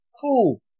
cool